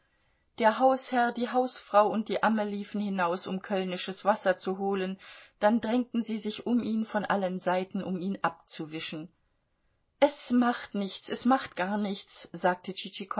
der hausherr die hausfrau und die amme liefen hinaus um kölnisches wasser zu holen dann drängten sie sich um ihn von allen seiten um ihn abzuwischen es macht nichts es macht gar nichts sagte